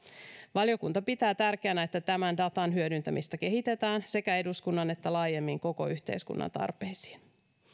valiokunta pitää tärkeänä että tämän datan hyödyntämistä kehitetään sekä eduskunnan että laajemmin koko yhteiskunnan tarpeisiin